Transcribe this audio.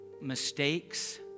mistakes